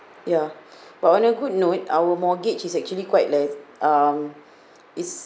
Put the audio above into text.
ya but on a good note our mortgage is actually quite le~ um it's